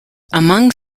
among